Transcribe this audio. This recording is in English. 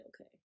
okay